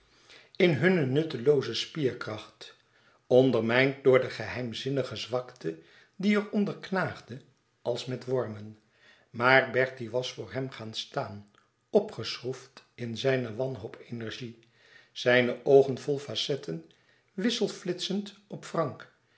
in hunne nuttelooze spierkracht ondermijnd door de geheimzinnige zwakte die er onder knaagde als met wormen maar bertie was voor hem gaan staan opgeschroefd in zijne wanhoop energie zijne oogen vol facetten wisselflitsend op frank